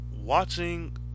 watching